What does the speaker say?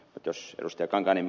mutta jos ed